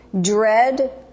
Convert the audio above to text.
dread